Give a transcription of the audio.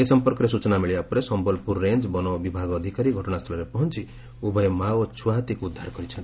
ଏ ସଂପର୍କରେ ସୂଚନା ମିଳିବା ପରେ ସମ୍ୟଲପୁର ରେଞ୍ଞ ବନ ବିଭାଗ ଅଧିକାରୀ ଘଟଣାସ୍ଚଳରେ ପହଞ୍ ଉଭୟ ମାଆ ଓ ଛୁଆ ହାତୀକୁ ଉଦ୍ଧାର କରିଛନ୍ତି